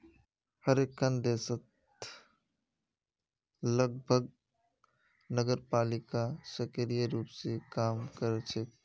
हर एकखन देशत लगभग नगरपालिका सक्रिय रूप स काम कर छेक